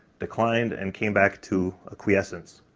declined, and came back to quiescence.